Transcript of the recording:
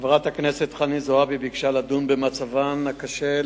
חברת הכנסת חנין זועבי ביקשה לדון במצבן הקשה,